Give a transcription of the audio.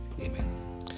Amen